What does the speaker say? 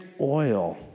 oil